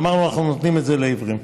ואמרנו שאנחנו נותנים את זה לעיוורים.